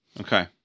Okay